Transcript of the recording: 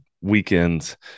weekends